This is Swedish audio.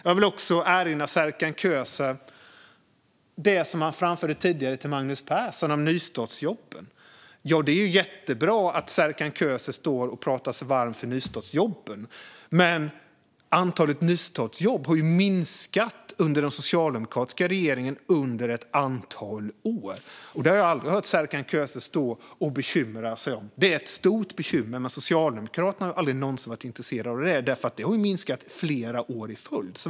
Jag vill också säga till Serkan Köse, apropå det han tidigare framförde till Magnus Persson om nystartsjobben: Det är jättebra att Serkan Köse står och pratar sig varm för nystartsjobben. Men antalet nystartsjobb har ju minskat under den socialdemokratiska regeringen under ett antal år. Det har jag aldrig hört Serkan Köse bekymra sig om. Det är ett stort bekymmer, men Socialdemokraterna har aldrig någonsin varit intresserade av det. De har ju minskat flera år i följd.